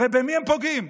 הרי במי הם פוגעים?